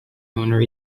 owner